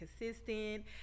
consistent